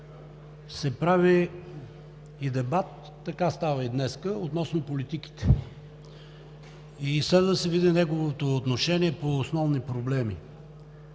се прави и дебат, така става и днес, относно политиките и следва да се види неговото отношение по основни проблеми.